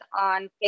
on